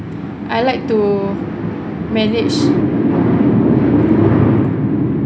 I like to manage